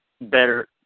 better